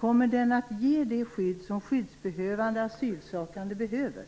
Kommer den att ge det skydd som skyddsbehövande asylsökande behöver?